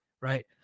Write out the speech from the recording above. Right